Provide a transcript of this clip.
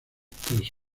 tras